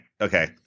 Okay